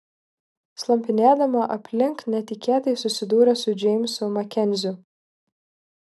slampinėdama aplink netikėtai susidūrė su džeimsu makenziu